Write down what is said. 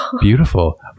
Beautiful